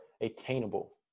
attainable